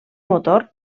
motor